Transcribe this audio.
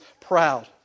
proud